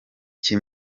cya